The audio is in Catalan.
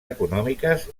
econòmiques